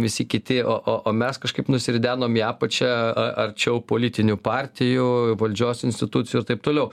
visi kiti o o o mes nusiridenom į apačią arčiau politinių partijų valdžios institucijų ir taip toliau